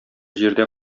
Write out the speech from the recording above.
җирдә